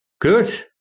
Good